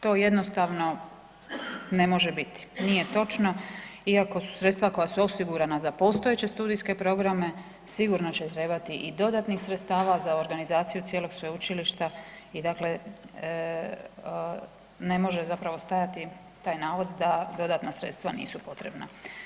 To jednostavno ne može biti, nije točno i ako su sredstva koja su osigurana za postojeće studijske programe, sigurno će trebati i dodatnih sredstava za organizaciju cijelog sveučilišta i dakle ne može zapravo stajati taj navod da dodatna sredstva nisu potrebna.